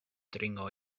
dringo